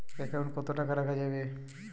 Account কত টাকা রাখা যাবে?